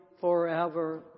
forever